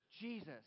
Jesus